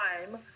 time